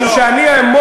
משום שאני אעמוד,